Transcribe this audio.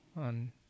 on